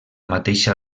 mateixa